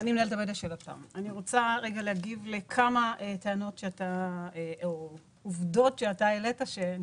אני רוצה להגיב לכמה עובדות שהעלית והן